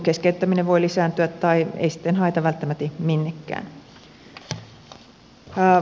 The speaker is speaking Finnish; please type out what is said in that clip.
keskeyttäminen voi lisääntyä tai ei sitten haeta välttämättä minnekään